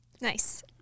Nice